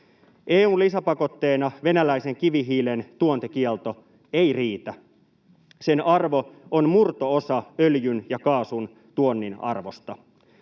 EU:n lisäpakotteena venäläisen kivihiilen tuontikielto ei riitä. Sen arvo on murto-osa öljyn ja kaasun tuonnin arvosta.